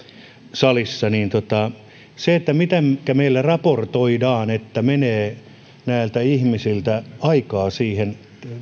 salissa se mitenkä meillä raportoidaan että menee näiltä ihmisiltä aikaa siihen